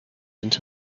into